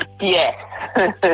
yes